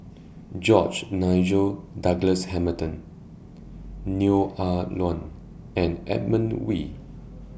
George Nigel Douglas Hamilton Neo Ah Luan and Edmund Wee